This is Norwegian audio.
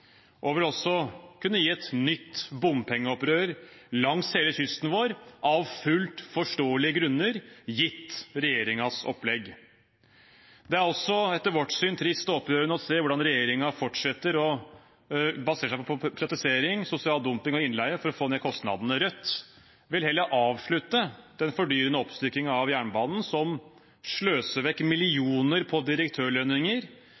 også vil kunne gi et nytt bompengeopprør langs hele kysten vår, av fullt forståelige grunner, gitt regjeringens opplegg. Det er også, etter vårt syn, trist og opprørende å se hvordan regjeringen fortsetter å basere seg på privatisering, sosial dumping og innleie for å få ned kostnadene. Rødt vil heller avslutte den fordyrende oppsplittingen av jernbanen som sløser vekk